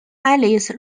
alice